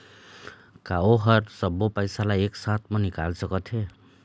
का ओ हर सब्बो पैसा ला एक साथ म निकल सकथे?